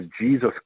jesus